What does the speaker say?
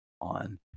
on